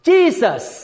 Jesus